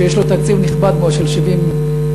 שיש לו תקציב נכבד מאוד של 70 מיליון,